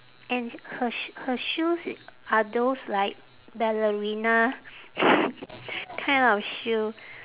and her sh~ her shoes i~ are those like ballerina kind of shoe